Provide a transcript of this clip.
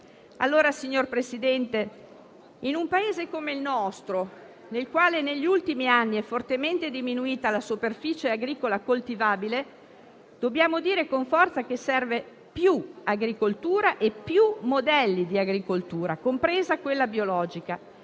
Allora, signor Presidente, in un Paese come il nostro, nel quale negli ultimi anni è fortemente diminuita la superficie agricola coltivabile, dobbiamo dire con forza che servono più agricoltura e più modelli di agricoltura, compresa quella biologica,